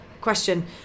question